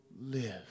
live